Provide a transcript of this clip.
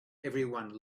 everyone